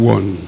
One